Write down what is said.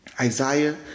Isaiah